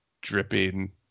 dripping